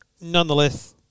nonetheless